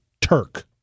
Turk